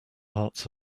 hearts